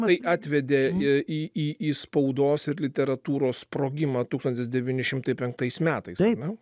tai atvedė į į į spaudos ir literatūros sprogimą tūkstantis devyni šimtai penktais metais ar ne